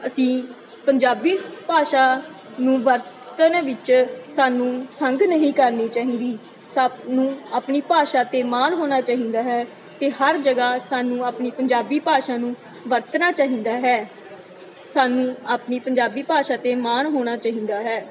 ਅਸੀਂ ਪੰਜਾਬੀ ਭਾਸ਼ਾ ਨੂੰ ਵਰਤਣ ਵਿੱਚ ਸਾਨੂੰ ਸੰਗ ਨਹੀਂ ਕਰਨੀ ਚਾਹੀਦੀ ਸਭ ਨੂੰ ਆਪਣੀ ਭਾਸ਼ਾ 'ਤੇ ਮਾਣ ਹੋਣਾ ਚਾਹੀਦਾ ਹੈ ਅਤੇ ਹਰ ਜਗ੍ਹਾ ਸਾਨੂੰ ਆਪਣੀ ਪੰਜਾਬੀ ਭਾਸ਼ਾ ਨੂੰ ਵਰਤਣਾ ਚਾਹੀਦਾ ਹੈ ਸਾਨੂੰ ਆਪਣੀ ਪੰਜਾਬੀ ਭਾਸ਼ਾ 'ਤੇ ਮਾਣ ਹੋਣਾ ਚਾਹੀਦਾ ਹੈ